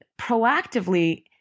proactively